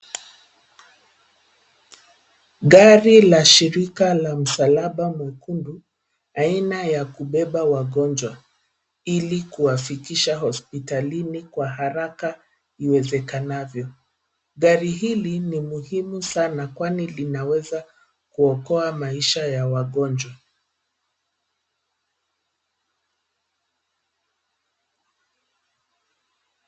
Gari la shirika la msalaba mwekundu aina ya kubeba wagonjwa ili kuwafikisha hospitalini kwa haraka iwezekanavyo. Gari hili ni muhimu sana kwani linaweza kuokoa maisha ya wagonjwa.